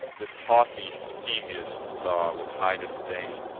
this haughty phegeus saw with high disdain,